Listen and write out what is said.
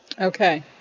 Okay